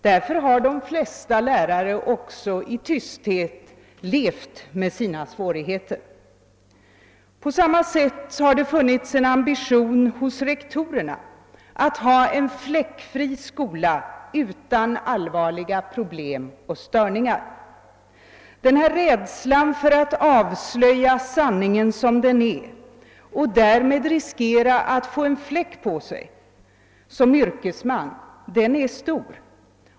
Därför har också de flesta lärare i tysthet levt med sina svårigheter. På samma sätt har det funnits en ambition hos rektorerna att ha en fläckfri skola utan allvarliga problem och störningar. Denna rädsla för att avslöja sanningen som den är och därmed riskera att få en fläck på sig som yrkesman är stor.